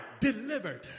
delivered